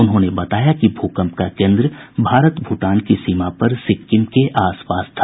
उन्होंने बताया कि भूकंप का केन्द्र भारत भूटान की सीमा पर सिक्किम के आस पास था